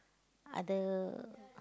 other